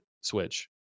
Switch